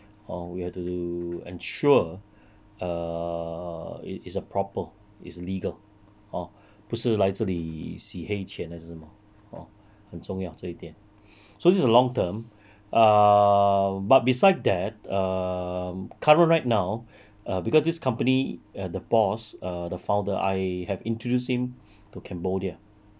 or we have to ensure err it is a proper it is legal hor 不是来这里洗黑钱还是什么 hor 很重要这一点 so this is a long term ah but beside that err current right now err because this company err the boss err the founder I have introduced him to cambodia